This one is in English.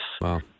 Wow